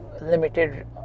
limited